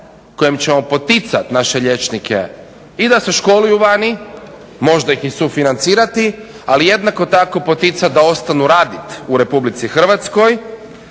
kojim ćemo poticati naše liječnike i da se školuju vani, možda ih i sufinancirati ali jednako tako poticati da ostanu raditi u RH, tako